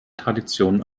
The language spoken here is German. tradition